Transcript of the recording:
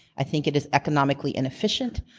i think it is economically inefficient.